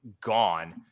gone